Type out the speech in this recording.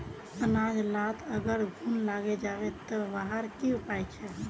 अनाज लात अगर घुन लागे जाबे ते वहार की उपाय छे?